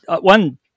One